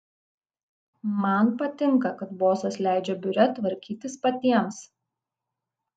man patinka kad bosas leidžia biure tvarkytis patiems